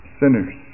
sinners